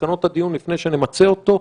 מסקנות הדיון לפני שנמצה אותו,